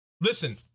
listen